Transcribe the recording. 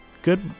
good